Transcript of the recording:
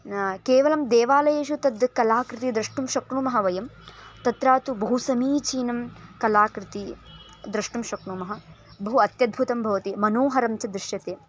न केवलं देवालयेषु तद् कलाकृति द्रष्टुं शक्नुमः वयं तत्र तु बहु समीचीनं कलाकृतिः द्रष्टुं शक्नुमः बहु अत्यद्भुतं भवति मनोहरं च दृश्यते